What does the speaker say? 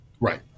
Right